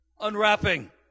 Unwrapping